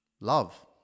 love